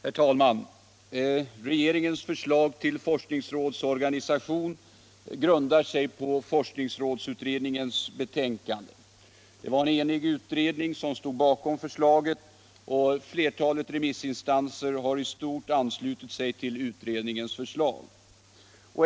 Herr talman! Regeringens förslag till ny forskningsrådsorganisation grundar sig på forskningsrådsutredningens betänkande. Det var en enig utredning som stod bakom förslaget, och flertalet remissinstanser har i stort anslutit sig till utredningens förslag.